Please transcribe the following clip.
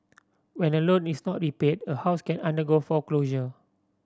when a loan is not repaid a house can undergo foreclosure